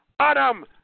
Adam